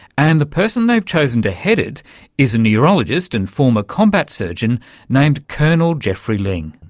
and the person they've chosen to head it is a neurologist and former combat surgeon named colonel geoffrey ling.